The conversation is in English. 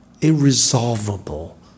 irresolvable